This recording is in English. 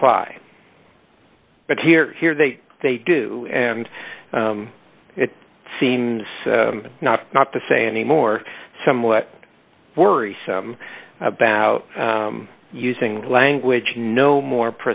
apply but here here they they do and it seems not not to say anymore somewhat worrisome about using language no more